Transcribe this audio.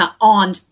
On